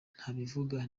ntabivuga